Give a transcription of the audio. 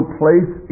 place